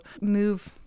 move